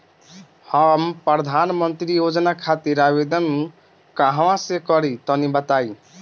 हम प्रधनमंत्री योजना खातिर आवेदन कहवा से करि तनि बताईं?